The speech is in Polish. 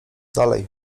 dalej